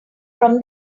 from